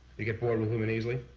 you get bored with women easily?